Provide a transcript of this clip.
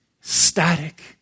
Static